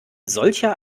solcher